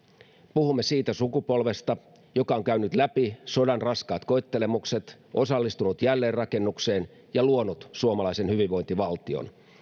puhumme siitä sukupolvesta joka on käynyt läpi sodan raskaat koettelemukset osallistunut jälleenrakennukseen ja luonut suomalaisen hyvinvointivaltion